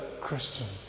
Christians